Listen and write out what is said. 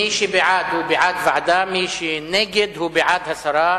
מי שבעד, הוא בעד ועדה, ומי שנגד, הוא בעד הסרה.